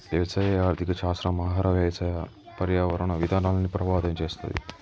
వ్యవసాయ ఆర్థిక శాస్త్రం ఆహార, వ్యవసాయ, పర్యావరణ విధానాల్ని ప్రభావితం చేస్తది